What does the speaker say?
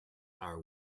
are